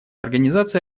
организация